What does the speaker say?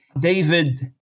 David